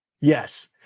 yes